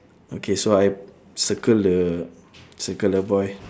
okay so I circle the circle the boy